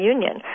Union